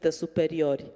superior